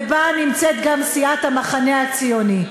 ובה נמצאת גם סיעת המחנה הציוני.